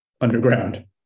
underground